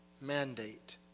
mandate